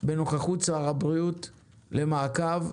בנוכחות שר הבריאות למעקב,